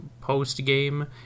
post-game